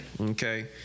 Okay